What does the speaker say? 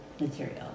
material